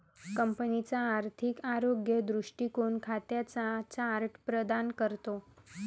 कंपनीचा आर्थिक आरोग्य दृष्टीकोन खात्यांचा चार्ट प्रदान करतो